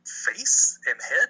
face-and-head